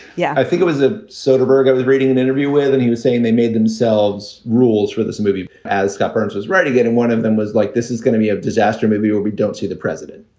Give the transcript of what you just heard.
yeah, i think it was a soderbergh i was reading an interview with and he was saying they made themselves rules for this movie as scott burns is right to get in. one of them was like, this is gonna be a disaster movie or we don't see the president.